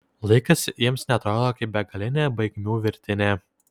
laikas jiems neatrodo kaip begalinė baigmių virtinė